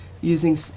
using